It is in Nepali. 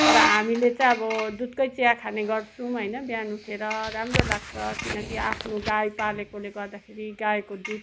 तर हामीले चाहिँ अब दुधकै चिया खाने गर्छौँ होइन बिहान उठेर राम्रो लाग्छ किनकि आफ्नो गाई पालेकाले गर्दाखेरि गाईको दुध